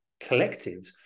collectives